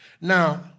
Now